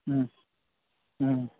हूँ हूँ